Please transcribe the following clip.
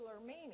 meaning